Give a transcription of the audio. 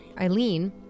Eileen